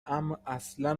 امااصلا